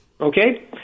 okay